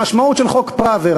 המשמעות של חוק פראוור,